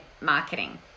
marketing